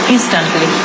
Instantly